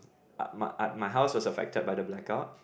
uh my house was affected by the blackout